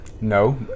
No